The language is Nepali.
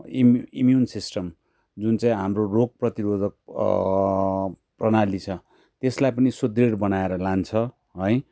इम्युन सिस्टम जुन चाहिँ हाम्रो रोग प्रतिरोधक प्रणाली छ त्यसलाई पनि सुदृढ बनाएर लान्छ है